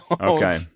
Okay